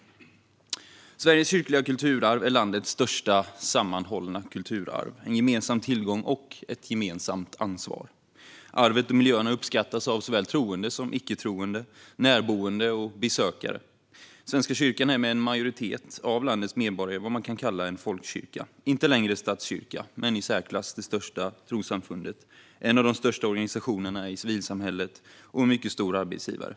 Sveriges kyrkliga kulturarv är landets största sammanhållna kulturarv, en gemensam tillgång och ett gemensamt ansvar. Arvet och miljöerna uppskattas av såväl troende som icke-troende och av både närboende och besökare. Svenska kyrkan är med en majoritet av landets medborgare vad man kan kalla en folkkyrka - inte längre en statskyrka men i särklass det största trossamfundet, en av de största organisationerna i civilsamhället och en mycket stor arbetsgivare.